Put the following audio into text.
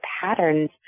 patterns